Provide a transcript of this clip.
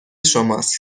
شماست